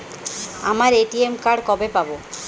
আমার ATM card কবে পাব?